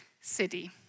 city